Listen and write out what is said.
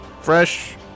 fresh